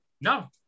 no